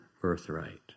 birthright